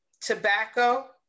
tobacco